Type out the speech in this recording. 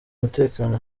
mutekano